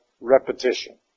repetition